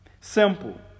Simple